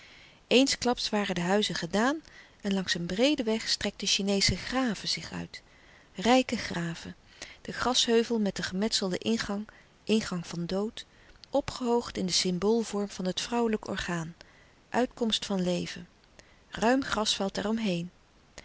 eensklaps waren de huizen gedaan en langs een breeden weg strekten chineesche graven zich uit rijke graven den grasheuvel met den gemetselden ingang ingang van dood opgehoogd in den symboolvorm van het vrouwelijk orgaan uitkomst van leven ruim grasveld